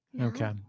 Okay